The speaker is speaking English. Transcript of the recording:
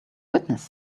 witness